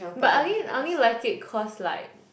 but I only I only like it cause like